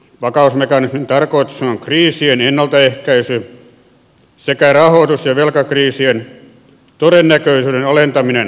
vakausmekanismin tarkoitus on kriisien ennaltaehkäisy sekä rahoitus ja velkakriisien todennäköisyyden alentaminen tulevaisuudessa